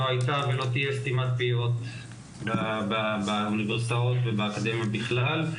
לא הייתה ולא תהייה סתימת פיות באוניברסיטאות ובאקדמיה בכלל,